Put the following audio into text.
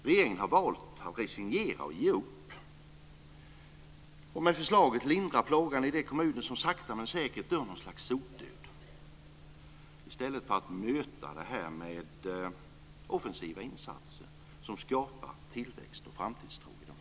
Regeringen har valt att resignera och ge upp. Förslaget lindrar plågan i de kommuner som sakta men säkert dör ett slags sotdöd, i stället för att möta problemen med offensiva insatser som skapar tillväxt och framtidstro.